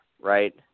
right